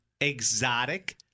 exotic